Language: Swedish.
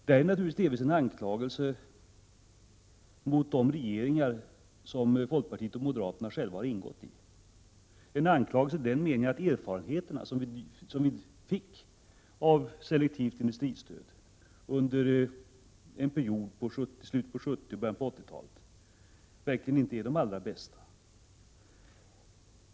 Det är naturligtvis delvis en anklagelse mot de regeringar som folkpartiet och moderaterna själva har ingått i, en anklagelse i den meningen att de erfarenheter vi fick av selektivt industristöd under en period av slutet av 70-talet och början av 80-talet verkligen inte är de allra bästa.